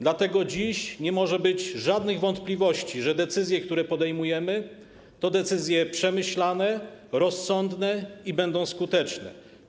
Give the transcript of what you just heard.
Dlatego dziś nie może być żadnych wątpliwości, że decyzje, które podejmujemy, to decyzje przemyślane, rozsądne i skuteczne.